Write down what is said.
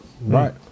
Right